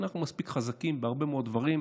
אנחנו חזקים בהרבה מאוד דברים.